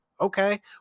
Okay